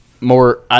more